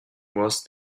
was